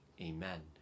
Amen